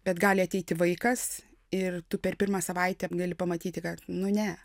bet gali ateiti vaikas ir tu per pirmą savaitę gali pamatyti kad nu ne